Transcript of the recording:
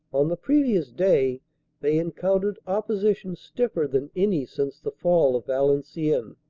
on the previous day they encountered opposition stiffer than any since the fall of valenciennes.